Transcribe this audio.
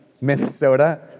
Minnesota